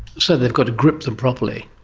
so they've got to grip them properly.